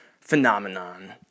phenomenon